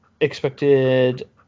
expected